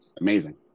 amazing